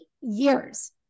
years